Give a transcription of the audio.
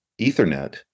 Ethernet